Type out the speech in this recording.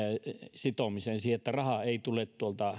sitomiseen siihen että raha ei tule